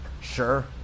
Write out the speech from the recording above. sure